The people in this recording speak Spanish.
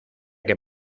que